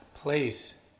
Place